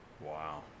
Wow